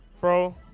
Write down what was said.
Bro